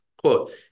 quote